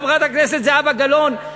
חברת הכנסת זהבה גלאון,